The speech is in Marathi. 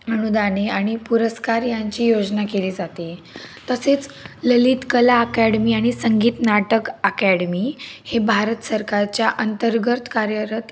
अनुदाने आणि पुरस्कार यांची योजना केली जाते तसेच ललित कला अकॅडमी आणि संगीत नाटक अकॅडमी हे भारत सरकारच्या अंतर्गत कार्यरत